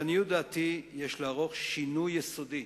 לעניות דעתי, יש לערוך שינוי יסודי